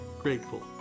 grateful